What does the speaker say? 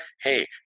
hey